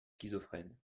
schizophrène